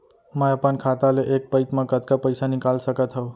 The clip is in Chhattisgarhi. मैं अपन खाता ले एक पइत मा कतका पइसा निकाल सकत हव?